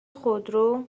خودرو